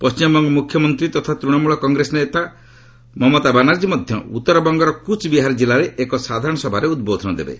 ପଣ୍ଢିମବଙ୍ଗ ମୁଖ୍ୟମନ୍ତ୍ରୀ ତଥା ତୃଣମୂଳ କଂଗ୍ରେସ ମୁଖ୍ୟ ମମତା ବାନାର୍କୀ ମଧ୍ୟ ଉତ୍ତରବଙ୍ଗର କୁଚ୍ ବିହାର କିଲ୍ଲାରେ ଏକ ସାଧାରଣସଭାରେ ଉଦ୍ବୋଧନ ଦେବେ